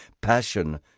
passion